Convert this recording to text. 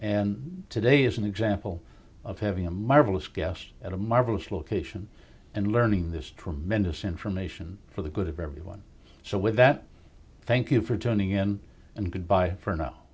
and today is an example of having a marvelous guest at a marvelous location and learning this tremendous information for the good of everyone so with that thank you for turning in and goodbye for now